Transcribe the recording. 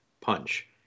punch